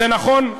זה נכון.